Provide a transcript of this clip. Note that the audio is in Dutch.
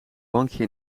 bankje